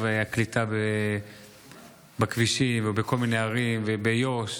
הקליטה בכבישים ובכל מיני ערים וביו"ש,